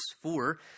four